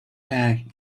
man